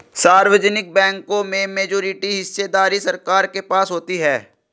सार्वजनिक बैंकों में मेजॉरिटी हिस्सेदारी सरकार के पास होती है